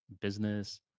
business